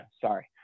sorry